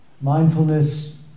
Mindfulness